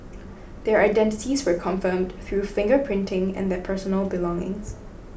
their identities were confirmed through finger printing and their personal belongings